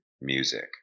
music